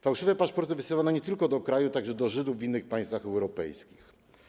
Fałszywe paszporty wysyłano nie tylko do kraju, także do Żydów w innych państwach europejskich.